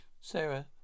Sarah